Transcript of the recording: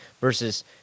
Versus